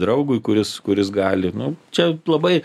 draugui kuris kuris gali nu čia labai